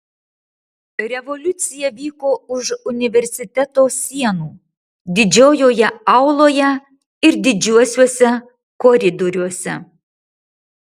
revoliucija vyko už universiteto sienų didžiojoje auloje ir didžiuosiuose koridoriuose